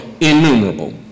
innumerable